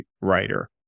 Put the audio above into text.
writer